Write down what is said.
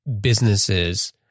businesses